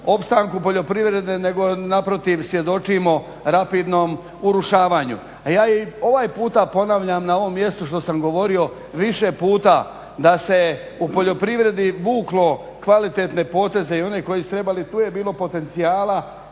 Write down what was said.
opstanku poljoprivrede nego naprotiv svjedočimo rapidnom urušavanju. A ja i ovaj put ponavljam na ovom mjestu što sam govorio više puta da se u poljoprivredi vuklo kvalitetne poteze i one koji su trebali, tu je bilo potencijala,